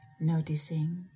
Noticing